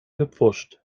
gepfuscht